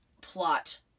plot